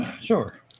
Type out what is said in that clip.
Sure